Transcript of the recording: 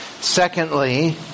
Secondly